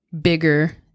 bigger